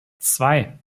zwei